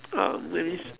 um let me s~